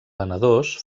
venedors